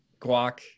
guac